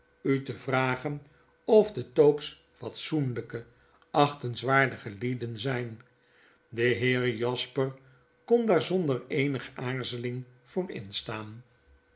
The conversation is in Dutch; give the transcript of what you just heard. u te vragen of de tope's fatsoenlijke achten s waar digelieden zijn de heer jasper kon daar zonder eenige aarzeling voor instaan